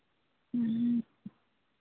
ᱦᱮᱸ